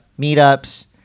meetups